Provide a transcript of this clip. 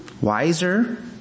wiser